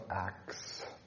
Acts